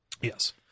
Yes